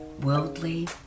worldly